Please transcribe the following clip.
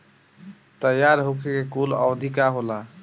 तैयार होखे के कूल अवधि का होला?